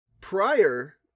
prior